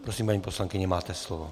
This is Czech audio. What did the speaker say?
Prosím, paní poslankyně, máte slovo.